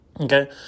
Okay